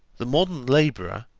the modern laborer,